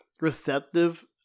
receptive